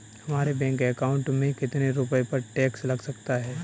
हमारे bank account में कितने रुपये पर टैक्स लग सकता है?